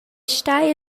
stai